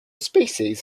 species